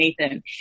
Nathan